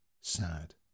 sad